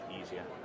easier